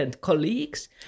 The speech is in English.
colleagues